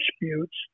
disputes